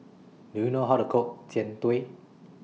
Do YOU know How to Cook Jian Dui